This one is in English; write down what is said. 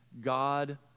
God